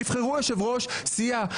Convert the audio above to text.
תבחרו יושב-ראש סיעה.